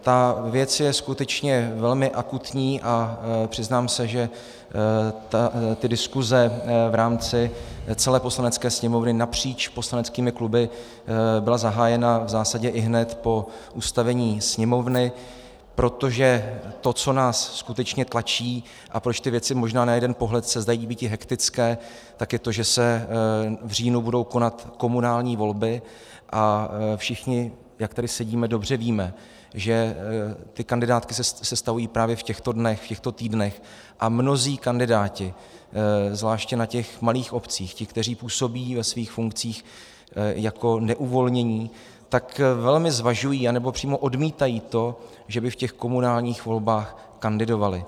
Ta věc je skutečně velmi akutní a přiznám se, že diskuse v rámci celé Poslanecké sněmovny napříč poslaneckými kluby byla zahájena v zásadě ihned po ustavení Sněmovny, protože to, co nás skutečně tlačí a proč ty věci možná na jeden pohled se zdají býti hektické, je to, že se v říjnu budou konat komunální volby a všichni, jak tady sedíme, dobře víme, že ty kandidátky se sestavují právě v těchto dnech, v těchto týdnech, a mnozí kandidáti, zvláště na těch malých obcích, ti, kteří působí ve svých funkcích jako neuvolnění, velmi zvažují, anebo přímo odmítají to, že by v komunálních volbách kandidovali.